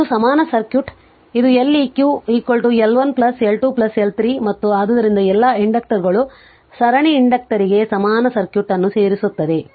ಆದ್ದರಿಂದ ಇದು ಸಮಾನ ಸರ್ಕ್ಯೂಟ್ ಇದು L eq L eq L 1 plus L 2 plus L 3 ಮತ್ತು ಆದ್ದರಿಂದ ಎಲ್ಲಾ ಇಂಡಕ್ಟರುಗಳು ಸರಣಿ ಇಂಡಕ್ಟರಿಗೆ ಸಮಾನ ಸರ್ಕ್ಯೂಟ್ ಅನ್ನು ಸೇರಿಸುತ್ತವೆ